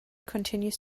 continues